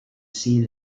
seen